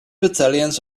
battalions